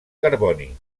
carboni